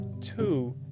Two